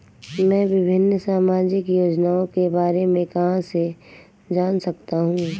मैं विभिन्न सामाजिक योजनाओं के बारे में कहां से जान सकता हूं?